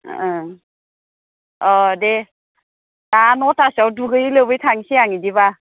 ओं अ' दे दा न'थासोयाव दुगैयै लोबै थांसै आं बिदिबा